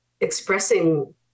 expressing